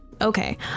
okay